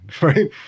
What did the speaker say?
right